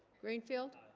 greenfield